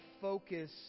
focus